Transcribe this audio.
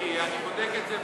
אני בודק את זה,